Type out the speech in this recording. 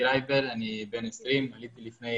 כתובת